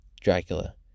Dracula